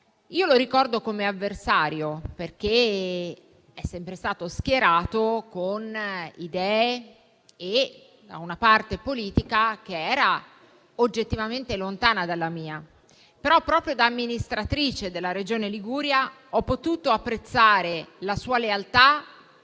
Io lo ricordo come avversario, perché è sempre stato schierato con idee e da una parte politica che era oggettivamente lontana dalla mia. Però, proprio da amministratrice della Regione Liguria, ho potuto apprezzare la sua lealtà,